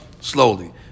slowly